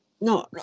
No